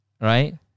Right